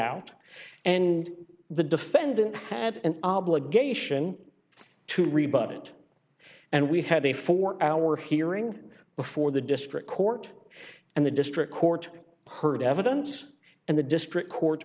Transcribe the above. out and the defendant had an obligation to rebut it and we had a four hour hearing before the district court and the district court heard evidence and the district court